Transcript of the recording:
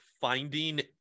finding